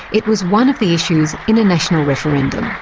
it was one of the issues in a national referendum.